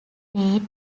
date